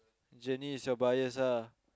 Jennie your bias ah